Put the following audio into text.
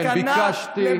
ביקשתי,